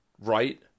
Right